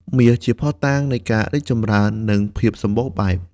មាសជាភស្តុតាងនៃការរីកចម្រើន និងភាពសម្បូរបែប។